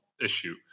issue